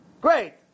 Great